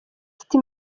city